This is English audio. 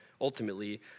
Ultimately